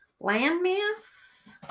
landmass